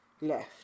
left